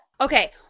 Okay